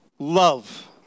love